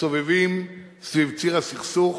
סובבים סביב ציר הסכסוך